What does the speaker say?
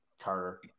Carter